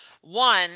One